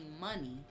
money